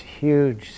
huge